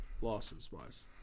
Losses-wise